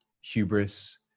hubris